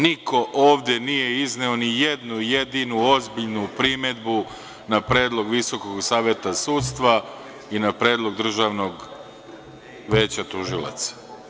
Niko ovde nije izneo ni jednu jedinu ozbiljnu primedbu na predlog Visokog saveta sudstva i na predlog Državnog veća tužilaca.